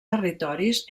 territoris